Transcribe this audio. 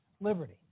liberty